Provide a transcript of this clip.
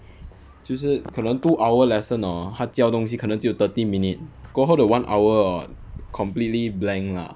就是可能 two hour lesson hor 他教东西可能只有 thirty minute 过后的 one hour hor completely blank lah